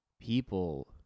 people